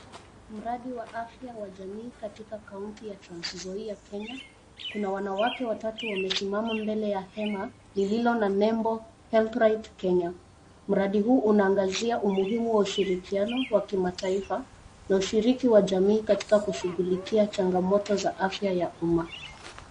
Mradi wa afya wa jamii katika kaunti ya Trans Nzoia Kenya. Kuna wanawake watatu wamesimama mbele ya hema lililo na nembo Health Right Kenya. Mradi huu unaangazia umuhimu wa ushirikiano wa kimataifa na ushiriki wa jamii katika kushughulikia changamoto za afya ya umma.